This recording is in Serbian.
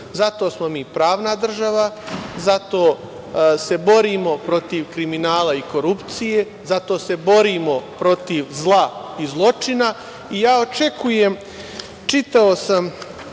Zato smo mi pravna država, zato se borimo protiv kriminala o korupcije, zato se borimo protiv zla i zločina. Čitao sam